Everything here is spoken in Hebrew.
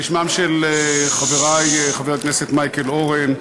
בשמם של חברי חבר הכנסת מייקל אורן,